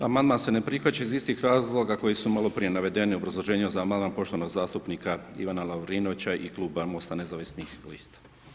Amandman se ne prihvaća iz istih razloga koji su maloprije navedeni u obrazloženju za amandman poštovanog zastupnika Ivana Lovrinovića i kluba MOST-a nezavisnih lista.